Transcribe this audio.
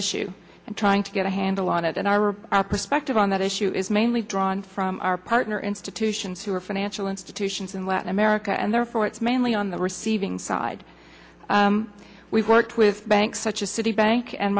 issue and trying to get a handle on it and our perspective on that issue is mainly drawn from our partner institutions who are financial institutions in latin america and therefore it's mainly on the receiving side we've worked with banks such as citi bank and